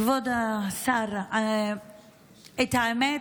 כבוד השר, האמת,